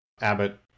Abbott